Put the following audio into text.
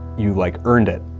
you, like, earned it.